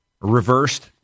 reversed